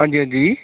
हां जी हां जी